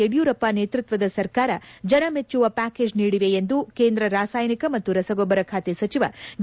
ಯಡಿಯೂರಪ್ಪ ನೇತೃತ್ವದ ಸರ್ಕಾರ ಜನಮೆಚ್ಚುವ ಪ್ಯಾಕೇಜ್ ನೀಡಿವೆ ಎಂದು ಕೇಂದ್ರ ರಾಸಯನಿಕ ಮತ್ತು ರಸಗೊಬ್ಬರ ಖಾತೆ ಸಚಿವ ಡಿ